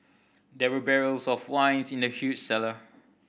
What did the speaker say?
there were barrels of wine in the huge cellar